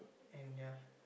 and ya